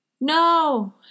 No